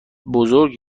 بزرگ